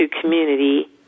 community